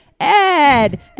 Ed